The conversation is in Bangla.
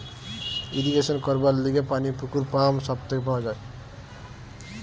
ইরিগেশন করবার লিগে পানি পুকুর, পাম্প সব থেকে পাওয়া যায়